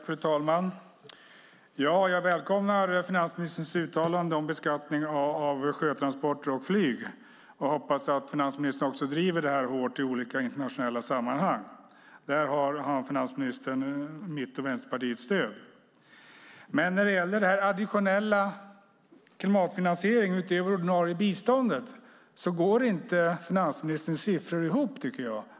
Fru talman! Jag välkomnar finansministerns uttalande om beskattning av sjötransporter och flyg och hoppas att finansministern också driver det här hårt i olika internationella sammanhang. Där har finansministern mitt och Vänsterpartiets stöd. När det däremot gäller den additionella klimatfinansieringen, en finansiering utöver det ordinarie biståndet, går inte finansministerns siffror ihop, tycker jag.